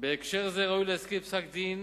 בהקשר זה ראוי להזכיר את פסק-דין